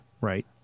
right